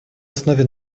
основе